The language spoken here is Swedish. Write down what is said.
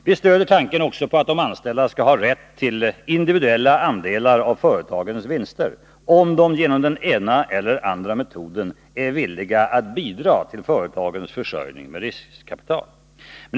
Vi stöder också tanken att de anställda skall ha rätt till individuella andelar av företagens vinster, om de genom den ena eller den andra metoden är villiga att bidra till företagens försörjning med riskkapital.